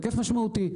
היקף משמעותי,